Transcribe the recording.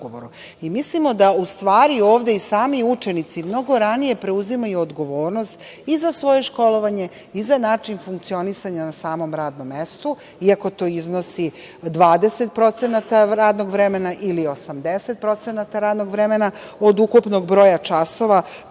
ugovoru. Mislimo da ovde sami učenici mnogo ranije preuzimaju odgovornost i za svoje školovanje i za način funkcionisanja na samom radnom mestu, iako to iznosi 20% radnog vremena ili 80% radnog vremena od ukupnog broja časova